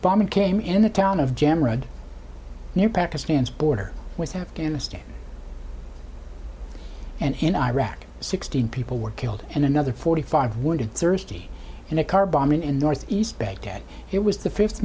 bombing came in the town of jam road near pakistan's border with afghanistan and in iraq sixteen people were killed and another forty five wounded thursday in a car bomb in north east baghdad it was the fifth